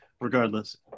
regardless